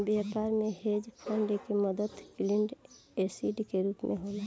व्यापार में hedge fund के मदद लिक्विड एसिड के रूप होला